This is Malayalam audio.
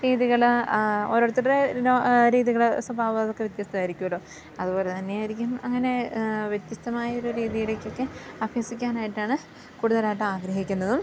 രീതികള് ഓരോരുത്തരുടെ രീതികളും സ്വഭാവവും അതൊക്കെ വ്യത്യസ്ഥമായിരിക്കുമല്ലോ അതുപോലെ തന്നെയായിരിക്കും അങ്ങനെ വ്യത്യസ്ഥമായൊരു രീതിയിലേക്കൊക്കെ അഭ്യസിക്കാനായിട്ടാണ് കൂടുതലായിട്ട് ആഗ്രഹിക്കുന്നതും